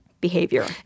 behavior